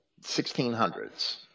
1600s